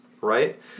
right